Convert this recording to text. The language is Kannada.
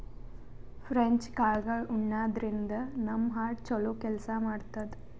ಫ್ರೆಂಚ್ ಕಾಳ್ಗಳ್ ಉಣಾದ್ರಿನ್ದ ನಮ್ ಹಾರ್ಟ್ ಛಲೋ ಕೆಲ್ಸ್ ಮಾಡ್ತದ್